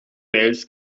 wales